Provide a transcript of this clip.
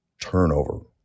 turnover